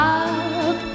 up